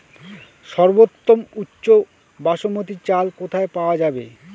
সর্বোওম উচ্চ বাসমতী চাল কোথায় পওয়া যাবে?